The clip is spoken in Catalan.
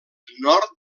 nord